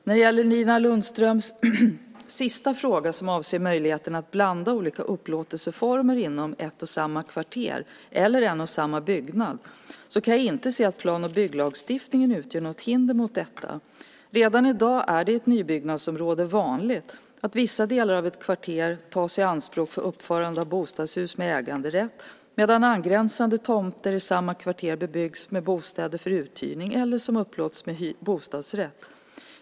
När det gäller Nina Lundströms sista fråga, som avser möjligheterna att blanda olika upplåtelseformer inom ett och samma kvarter eller i en och samma byggnad, kan jag inte se att plan och bygglagstiftningen utgör något hinder mot detta. Redan i dag är det i nybyggnadsområden vanligt att vissa delar av ett kvarter tas i anspråk för uppförande av bostadshus med äganderätt medan angränsande tomter i samma kvarter bebyggs med bostäder för uthyrning eller sådana som upplåts med bostadsrätt.